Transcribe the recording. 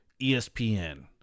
ESPN